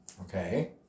Okay